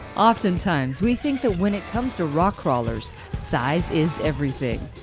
often times we think that when it comes to rock crawlers size is everything,